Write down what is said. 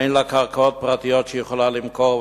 אין לה קרקעות פרטיות שהיא יכולה למכור,